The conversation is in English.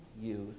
youth